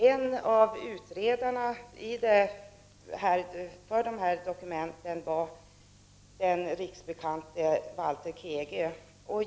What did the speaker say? En av utredarna bakom dessa dokument var den numera riksbekante Walter Kegö.